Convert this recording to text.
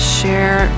share